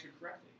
correctly